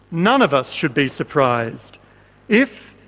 none of us should be surprised if,